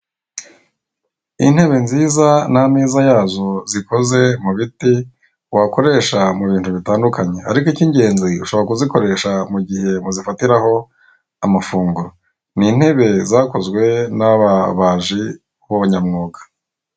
Intebe nziza n'ameza yazo zikoze mu biti wakoresha mu bintu bitandukanye ,ariko ikingenzi ushobora kuzikoresha mu gihe muzifatitaho amafunguro, n'intebe zakozwe n'ababaji b'abanyamwuga.